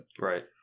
right